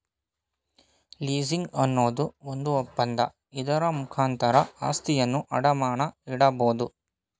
leasing ಅನ್ನೋದು ಒಂದು ಒಪ್ಪಂದ, ಇದರ ಮುಖಾಂತರ ಆಸ್ತಿಯನ್ನು ಅಡಮಾನ ಇಡಬೋದು